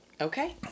okay